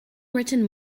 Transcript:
written